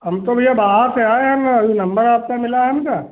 हम तो भइया बाहर से आए हैं हम अभी नम्बर आपका मिला है हमका